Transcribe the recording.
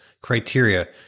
criteria